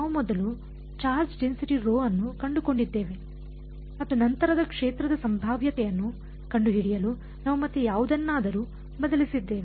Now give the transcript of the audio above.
ನಾವು ಮೊದಲು charge density rho ಅನ್ನು ಕಂಡುಕೊಂಡಿದ್ದೇವೆ ಮತ್ತು ನಂತರ ಕ್ಷೇತ್ರದ ಸಂಭಾವ್ಯತೆಯನ್ನು ಕಂಡುಹಿಡಿಯಲು ನಾವು ಮತ್ತೆ ಯಾವುದನ್ನಾದರೂ ಬದಲಿಸಿದ್ದೇವೆ